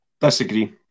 Disagree